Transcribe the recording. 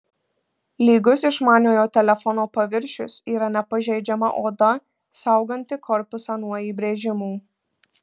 lygus išmaniojo telefono paviršius yra nepažeidžiama oda sauganti korpusą nuo įbrėžimų